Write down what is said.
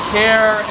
care